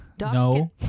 No